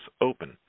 open